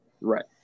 Right